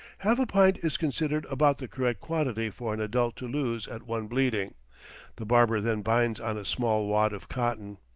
half a pint is considered about the correct quantity for an adult to lose at one bleeding the barber then binds on a small wad of cotton.